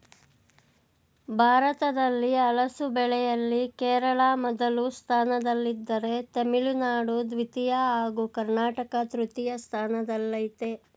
ಭಾರತದಲ್ಲಿ ಹಲಸು ಬೆಳೆಯಲ್ಲಿ ಕೇರಳ ಮೊದಲ ಸ್ಥಾನದಲ್ಲಿದ್ದರೆ ತಮಿಳುನಾಡು ದ್ವಿತೀಯ ಹಾಗೂ ಕರ್ನಾಟಕ ತೃತೀಯ ಸ್ಥಾನದಲ್ಲಯ್ತೆ